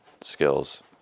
skills